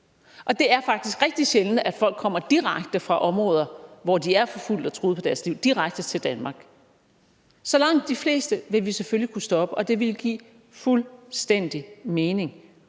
og det er faktisk rigtig sjældent, at folk kommer fra områder, hvor de er forfulgt og truet på deres liv, og direkte til Danmark. Så langt de fleste vil vi selvfølgelig kunne stoppe, og det vil give fuldstændig mening,